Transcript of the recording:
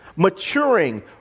maturing